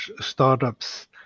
startups